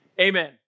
amen